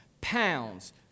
pounds